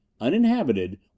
Uninhabited